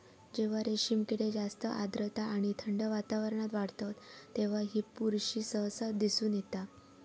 जेव्हा रेशीम किडे जास्त आर्द्रता आणि थंड वातावरणात वाढतत तेव्हा ही बुरशी सहसा दिसून येता